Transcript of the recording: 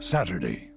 Saturday